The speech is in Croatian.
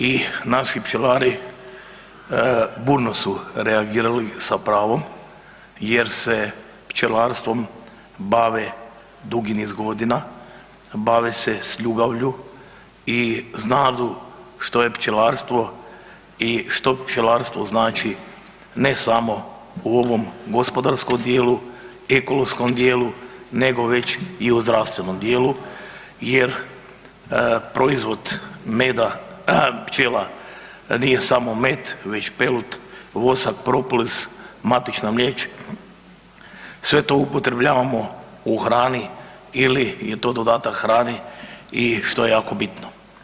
I naši pčelari burno su reagirali sa pravom jer se pčelarstvom bave dugi niz godina, bave se s ljubavlju i znadu što je pčelarstvo i što pčelarstvo znači ne samo u ovom gospodarskom dijelu, ekološkom dijelu nego već i u zdravstvenom dijelu jer proizvod meda pčela nije samo med već pelud, vosak, propolis, matična mliječ, sve to upotrebljavamo u hrani ili je to dodatak hrani i što je jako bitno.